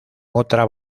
otra